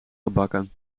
gebakken